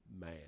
man